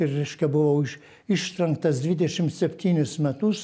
ir reiškia buvau iš ištrenktas dvidešimt septynis metus